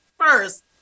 first